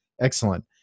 excellent